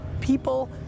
people